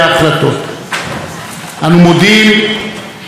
אנו מודים לכוחות הביטחון כולם: